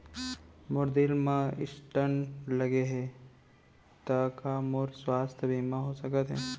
मोर दिल मा स्टन्ट लगे हे ता का मोर स्वास्थ बीमा हो सकत हे?